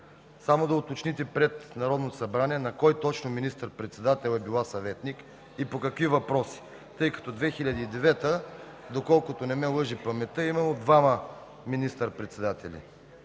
Само да уточните пред Народното събрание на кой точно министър-председател е била съветник и по какви въпроси, тъй като в 2009 г., доколкото не ме лъже паметта, е имало двама министър-председатели.